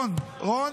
רון,